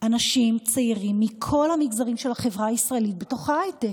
אנשים צעירים מכל המגזרים של החברה הישראלית בתוך ההייטק: